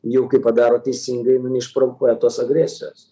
jau kai padaro teisingai nu neišprovokuoja tos agresijos